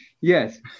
Yes